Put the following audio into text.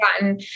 gotten